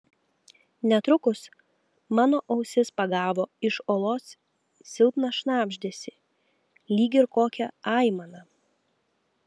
netrukus mano ausis pagavo iš olos silpną šnabždesį lyg ir kokią aimaną